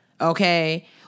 okay